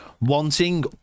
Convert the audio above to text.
wanting